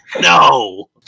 No